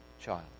child